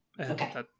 Okay